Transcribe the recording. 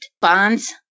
bonds